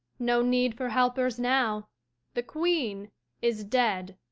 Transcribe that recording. no need for helpers now the queen is dead!